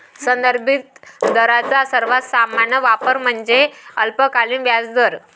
संदर्भित दरांचा सर्वात सामान्य वापर म्हणजे अल्पकालीन व्याजदर